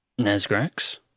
Nesgrax